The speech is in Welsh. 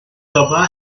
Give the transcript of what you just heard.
dyma